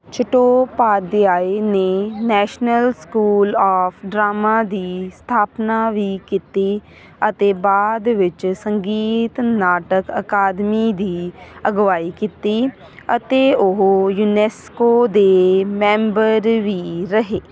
ਚਟੋਪਾਧਿਆਏ ਨੇ National School of Drama ਦੀ ਸਥਾਪਨਾ ਵੀ ਕੀਤੀ ਅਤੇ ਬਾਅਦ ਵਿੱਚ ਸੰਗੀਤ ਨਾਟਕ ਅਕਾਦਮੀ ਦੀ ਅਗਵਾਈ ਕੀਤੀ ਅਤੇ ਉਹ ਯੂਨੈਸਕੋ ਦੇ ਮੈਂਬਰ ਵੀ ਰਹੇ